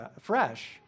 fresh